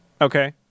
Okay